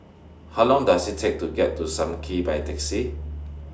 How Long Does IT Take to get to SAM Kee By Taxi